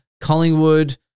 Collingwood